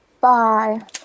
Bye